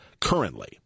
currently